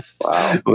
Wow